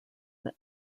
that